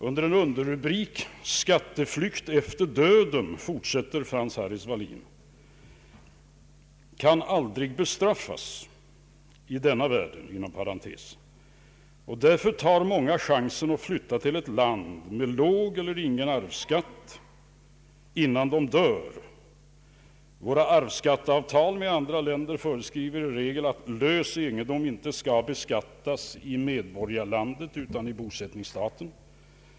Med underrubriken Skatteflykt efter döden fortsätter Frank Hallis Wallin: ”Skatteflykt efter döden kan aldrig bestraffas och därför tar många chansen att flytta till ett land med låg eller ingen arvskatt innan de dör. Våra arvskatteavtal med andra länder föreskriver i regel att lös egendom inte ska beskattas i medborgarlandet utan i bosättningsstaten.